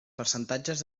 percentatges